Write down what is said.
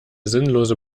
sinnlose